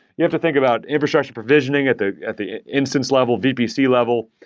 you have to think about infrastructure provisioning at the at the instance level, vpc level,